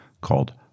called